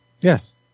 yes